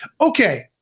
Okay